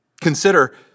Consider